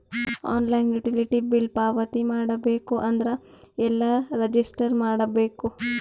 Online utility bill ಪಾವತಿ ಮಾಡಬೇಕು ಅಂದ್ರ ಎಲ್ಲ ರಜಿಸ್ಟರ್ ಮಾಡ್ಬೇಕು?